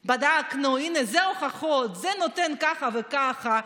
בדקנו, הינה, אלה ההוכחות, זה נותן ככה וככה.